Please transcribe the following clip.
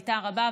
הייתה רבה,